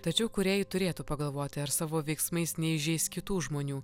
tačiau kūrėjai turėtų pagalvoti ar savo veiksmais neįžeis kitų žmonių